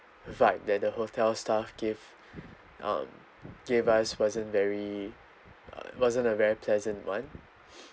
vibe that the hotel staff give um gave us wasn't very uh it wasn't a very pleasant one